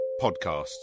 podcasts